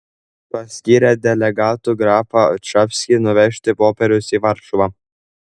paskyrė delegatu grapą čapskį nuvežti popierius į varšuvą